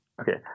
Okay